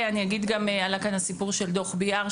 עלה כאן הסיפור של דוח ביאר,